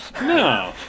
No